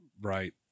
Right